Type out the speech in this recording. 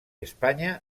espanya